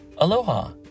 Aloha